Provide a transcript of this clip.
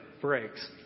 breaks